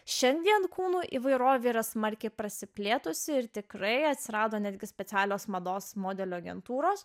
šiandien kūno įvairovė yra smarkiai prasiplėtusi ir tikrai atsirado netgi specialios mados modelių agentūros